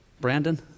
Brandon